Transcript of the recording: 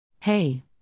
Hey